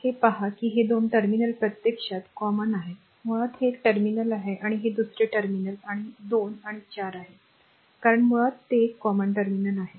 हे पहा की हे 2 टर्मिनल प्रत्यक्षात common आहेत मुळात हे एक टर्मिनल आहे आणि हे दुसरे टर्मिनल आणि 2 आणि 4 आहे कारण मुळात ते एक common टर्मिनल आहे